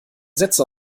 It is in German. sätze